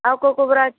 ଆଉ କେଉଁ କେଉଁ ବରା ଅଛି